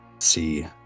See